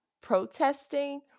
protesting